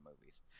movies